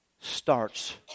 starts